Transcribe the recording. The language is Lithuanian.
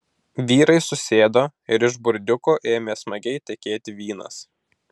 vyrai susėdo ir iš burdiuko ėmė smagiai tekėti vynas